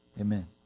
Amen